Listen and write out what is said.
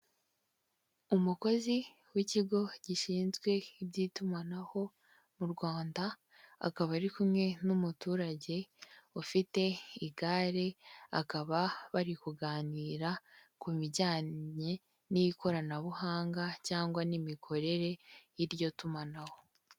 Umukozi w'ikigo gishinzwe iby'itumanaho mu Rwanda akaba ari kumwe n'umuturage ufite igare, akaba bari kuganira ku bijyanye n'ikoranabuhanga cyangwa n'imikorere y'iryo tumanaho.